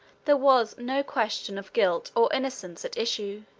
there was no question of guilt or innocence at issue.